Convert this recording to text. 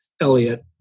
Elliot